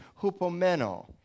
hupomeno